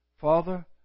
Father